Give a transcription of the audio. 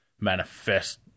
manifest